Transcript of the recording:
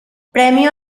premio